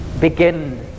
begin